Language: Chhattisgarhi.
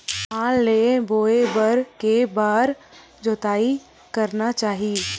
धान ल बोए बर के बार जोताई करना चाही?